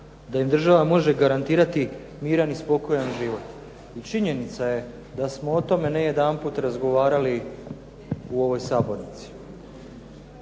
da im država može garantirati miran i spokojan život i činjenica je da smo o tome ne jedanput razgovarali u ovoj sabornici.